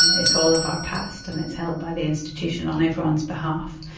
it's all of our past, and it's held by the institution on everyone's behalf.